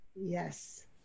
Yes